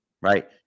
right